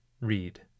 read